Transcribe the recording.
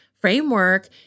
framework